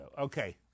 Okay